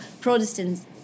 Protestants